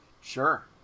Sure